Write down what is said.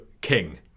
king